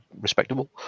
respectable